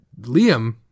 Liam